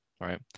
right